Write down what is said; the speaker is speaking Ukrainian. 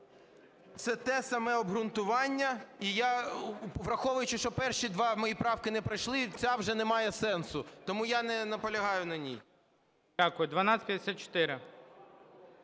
Це те саме обґрунтування, і я, враховуючи, що перші дві мої правки не пройшли, ця вже не має сенсу, тому я не наполягаю на ній. ГОЛОВУЮЧИЙ.